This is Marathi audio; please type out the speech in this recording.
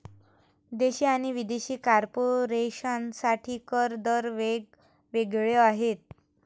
देशी आणि विदेशी कॉर्पोरेशन साठी कर दर वेग वेगळे आहेत